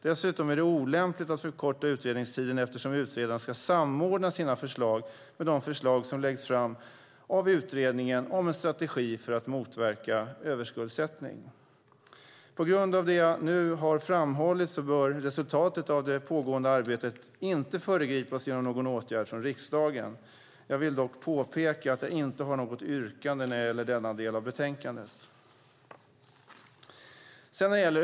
Dessutom är det olämpligt att förkorta utredningstiden eftersom utredaren ska samordna sina förslag med de förslag som läggs fram av utredningen om en strategi för att motverka överskuldsättning. På grund av det jag nu har framhållit bör resultatet av det pågående arbetet inte föregripas genom någon åtgärd från riksdagen. Jag vill dock påpeka att jag inte har något yrkande när det gäller denna del av betänkandet.